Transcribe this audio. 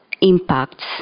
impacts